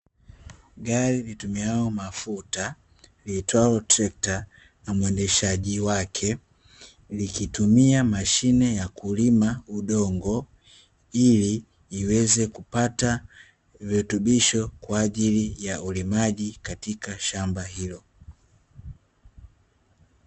Gari litumialo mafuta liitwalo trekta na muendeshaji wake, likitumia mashine ya kulima udongo ili iweze kupata virutubisho kwa ajili ya ulimaji, katika shamba hilo.